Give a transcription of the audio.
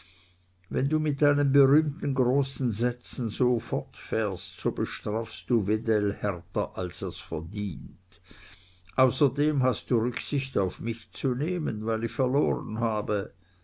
wenn du mit deinen berühmten großen sätzen so fortfährst so bestrafst du wedell härter als er verdient außerdem hast du rücksicht auf mich zu nehmen weil ich verloren habe